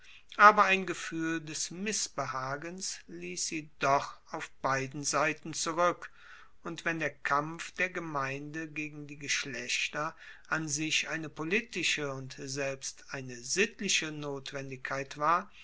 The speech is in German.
aber ein gefuehl des missbehagens liess sie doch auf beiden seiten zurueck und wenn der kampf der gemeinde gegen die geschlechter an sich eine politische und selbst eine sittliche notwendigkeit war